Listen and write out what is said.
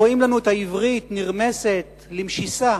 רואים לנו את העברית נרמסת למשיסה